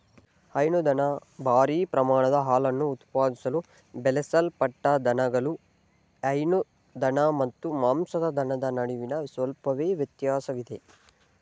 ಹೈನುದನ ಭಾರೀ ಪ್ರಮಾಣದ ಹಾಲನ್ನು ಉತ್ಪಾದಿಸಲು ಬೆಳೆಸಲ್ಪಟ್ಟ ದನಗಳು ಹೈನು ದನ ಮತ್ತು ಮಾಂಸದ ದನದ ನಡುವೆ ಸ್ವಲ್ಪವೇ ವ್ಯತ್ಯಾಸವಿದೆ